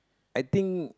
I think